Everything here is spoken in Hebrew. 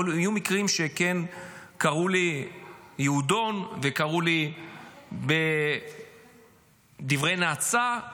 אבל היו מקרים שכן קראו לי יהודון ואמרו לי דברי נאצה.